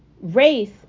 Race